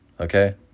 Okay